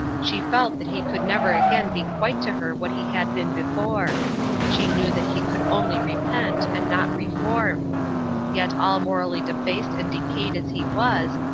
she felt that he could never again be quite to her what he had been before she knew that he could only repent, and not reform yet all morally defaced and decayed as he was,